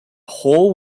whole